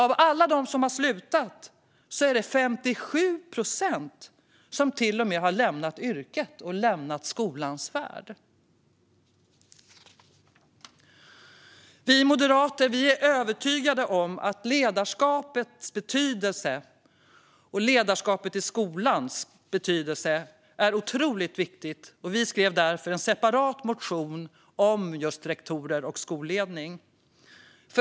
Av alla dem som har slutat har 57 procent till och med lämnat yrket och skolans värld. Vi moderater är övertygade om att ledarskapet i skolan är otroligt viktigt. Vi skrev därför en separat motion om just rektorer och skolledning.